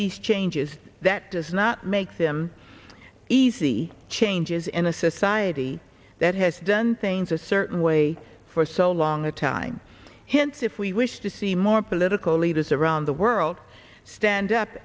these changes that does not make them easy changes in a society that has done things a certain way for so long a time hints if we wish to see more political leaders around the world stand up